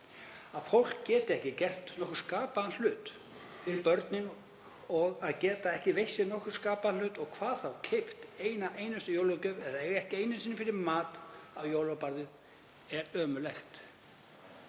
Að fólk geti ekki gert nokkurn skapaðan hlut fyrir börnin og geta ekki veitt sér nokkurn skapaðan hlut og hvað þá að geta keypt eina einustu jólagjöf og eiga ekki einu sinni fyrir mat á jólaborðið er ömurlegt.